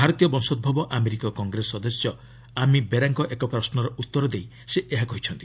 ଭାରତୀୟ ବଂଶୋଭବ ଆମେରିକୀୟ କଂଗ୍ରେସ ସଦସ୍ୟ ଆମି ବେରାଙ୍କ ଏକ ପ୍ରଶ୍ୱର ଉତ୍ତର ଦେଇ ସେ ଏହା କହିଛନ୍ତି